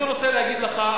אני רוצה להגיד לך,